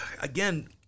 again